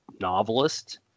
novelist